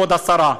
כבוד השרה,